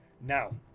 now